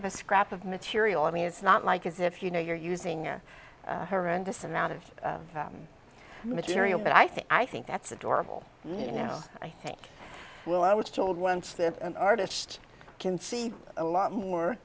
of a scrap of material i mean it's not like as if you know you're using a horrendous amount of material but i think i think that's adorable you know i think well i was told once that an artist can see a lot more